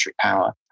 power